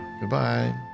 Goodbye